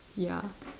ya